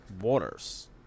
waters